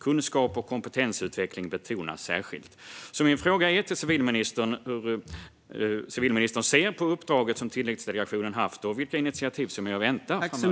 Kunskap och kompetensutveckling betonas särskilt. Hur ser civilministern på det uppdrag som Tillitsdelegationen har haft? Och vilka initiativ är att vänta framöver?